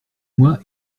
moi